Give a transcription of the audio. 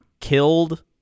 killed